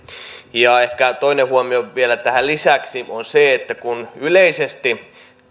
ehkä toinen huomio vielä tähän lisäksi on se että yleisesti